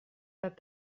pas